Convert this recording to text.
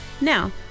Now